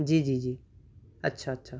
جی جی جی اچھا اچھا